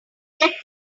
get